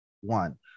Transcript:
one